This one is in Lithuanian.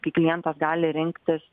kai klientas gali rinktis